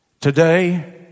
Today